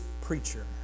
preacher